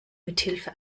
mithilfe